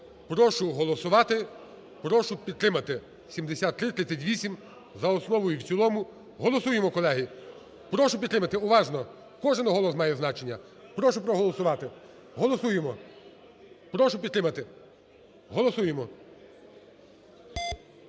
Прошу голосувати, прошу підтримати 7338 за основу і в цілому. Голосуємо, колеги! Прошу підтримати. Уважно, кожен голос має значення. Прошу проголосувати. Голосуємо, прошу підтримати. Голосуємо.